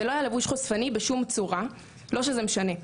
זה לא היה לבוש חושפני בשום צורה, לא שזה משנה.